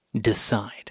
decide